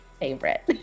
favorite